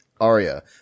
Arya